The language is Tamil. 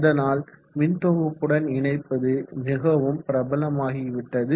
அதனால் மின்தொகுப்புடன் இணைப்பது மிகவும் பிரபலமாகி விட்டது